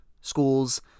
schools